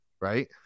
right